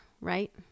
right